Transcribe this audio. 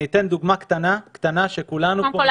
קודם כול,